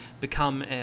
become